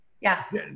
Yes